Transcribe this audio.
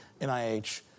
NIH